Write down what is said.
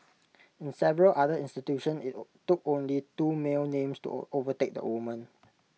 in several other institutions IT took only two male names to overtake the women